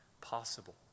possible